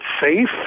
safe